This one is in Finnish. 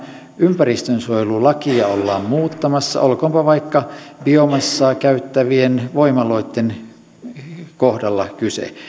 ympäristönsuojelulakia ollaan muuttamassa olkoonpa vaikka biomassaa käyttävistä voimaloista kyse